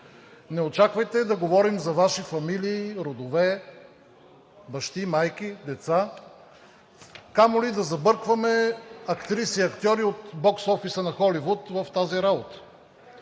Не очаквайте да говорим за Ваши фамилии, родове, бащи, майки, деца, камо ли да забъркваме актриси и актьори от боксофиса на Холивуд в тази работа.